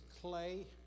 clay